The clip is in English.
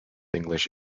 english